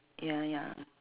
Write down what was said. ya ya